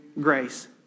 grace